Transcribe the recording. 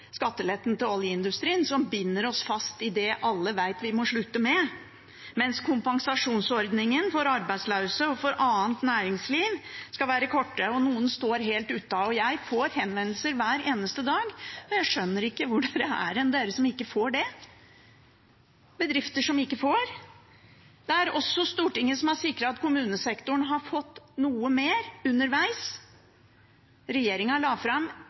skatteletten til oljeindustrien, som binder oss fast i det alle vet vi må slutte med, mens kompensasjonsordningen for arbeidsløse og for annet næringsliv skal være kortsiktig. Noen står også helt uten. Jeg får henvendelser hver eneste dag fra bedrifter som ikke får, og jeg skjønner ikke hvor dere er, dere som ikke får det. Det er også Stortinget som har sikret at kommunesektoren har fått noe mer underveis. Regjeringen la fram